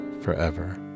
forever